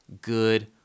good